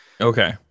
Okay